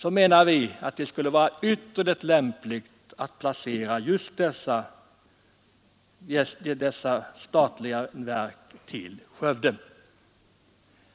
Vi menar emellertid att det skulle vara ytterligt lämpligt att placera dessa statliga verk i Skövde.